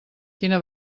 quina